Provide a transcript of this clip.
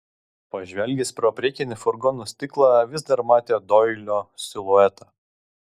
pažvelgęs pro priekinį furgono stiklą vis dar matė doilio siluetą